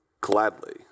gladly